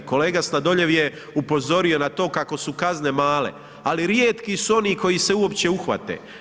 Kolega Sladoljev je upozorio na to kako su kazne male, ali rijetki su oni koji se uopće uhvate.